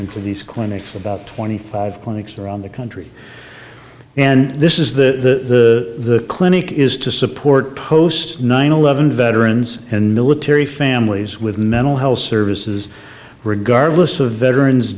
into these clinics about twenty five clinics around the country and this is the clinic is to support post nine eleven veterans and military families with mental health services regardless of veterans